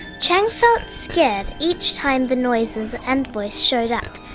chang felt scared each time the noises and voice showed up.